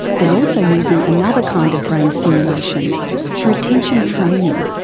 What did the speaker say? they're also using another kind of brain stimulation for attention training.